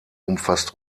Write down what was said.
umfasst